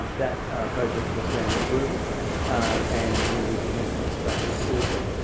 that project has gained approval and will be commencing construction shortly.